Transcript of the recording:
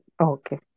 Okay